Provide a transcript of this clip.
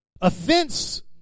offense